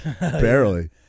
Barely